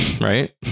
Right